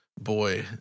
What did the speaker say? boy